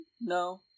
No